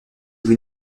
vous